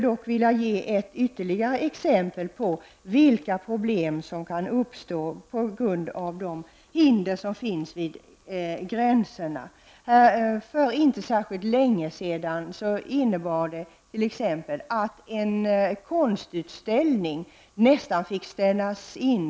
Dock vill jag ge ytterligare exempel på vilka problem som kan uppstå till följd av de hinder som finns vid gränserna. För inte särskilt länge sedan innebar det t.ex. att en konstutställning näst intill blev inställd.